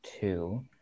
two